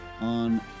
on